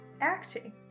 acting